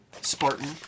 spartan